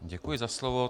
Děkuji za slovo.